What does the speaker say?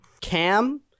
Cam